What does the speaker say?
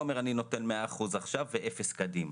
אומר אני נותן 100 אחוז עכשיו ואפס קדימה.